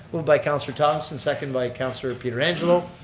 moved by councilor thompson, second by councilor pietrangelo.